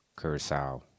Curacao